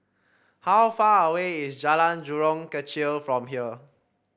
how far away is Jalan Jurong Kechil from here